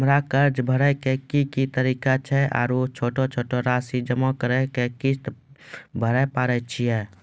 हमरा कर्ज भरे के की तरीका छै आरू छोटो छोटो रासि जमा करि के किस्त भरे पारे छियै?